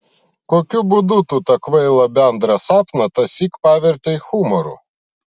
kokiu būdu tu tą kvailą bendrą sapną tąsyk pavertei humoru